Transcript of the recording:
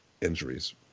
injuries